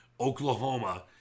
Oklahoma